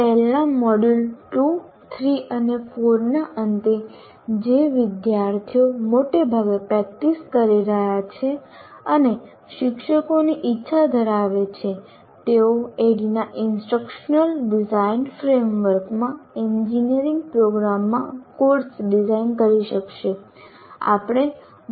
ટેલ ના મોડ્યુલ2 3 અને 4 ના અંતે જે વિદ્યાર્થીઓ મોટેભાગે પ્રેક્ટિસ કરી રહ્યા છે અને શિક્ષકોની ઈચ્છા ધરાવે છે તેઓ ADDIE ના ઇન્સ્ટ્રક્શનલ ડિઝાઇન ફ્રેમવર્કમાં એન્જિનિયરિંગ પ્રોગ્રામમાં કોર્સ ડિઝાઇન કરી શકશે